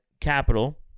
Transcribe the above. capital